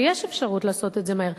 ויש אפשרות לעשות את זה מהר?